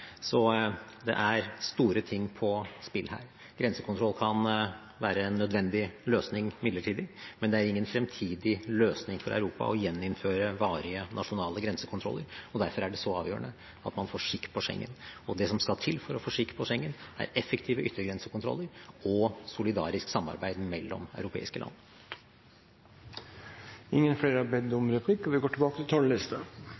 Så det er store ting på spill her. Grensekontroll kan være en nødvendig løsning midlertidig, men det er ingen fremtidig løsning for Europa å gjeninnføre varige nasjonale grensekontroller, og derfor er det så avgjørende at man får skikk på Schengen. Og det som skal til for å få skikk på Schengen, er effektive yttergrensekontroller og solidarisk samarbeid mellom europeiske land.